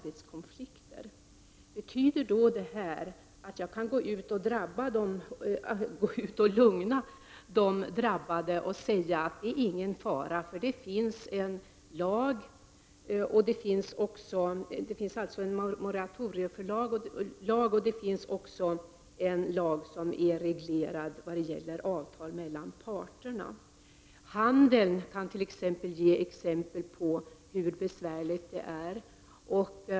Betyder detta att jag kan gå ut och lugna de drabbade och säga att det inte är någon fara, eftersom det finns en lag om moratorium och en lag som gäller avtal mellan parterna? Handeln kan ge exempel på hur besvärligt det är.